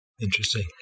Interesting